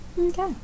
Okay